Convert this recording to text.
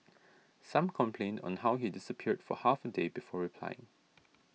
some complained on how he disappeared for half a day before replying